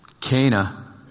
Cana